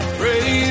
pray